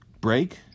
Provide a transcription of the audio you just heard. break